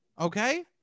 Okay